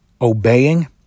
obeying